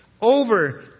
over